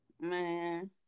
Man